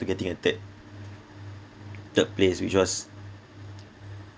to getting a third third place which was